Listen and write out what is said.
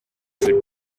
should